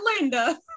linda